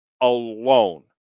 alone